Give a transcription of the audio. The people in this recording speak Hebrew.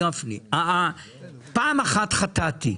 פעם אחת חטאתי,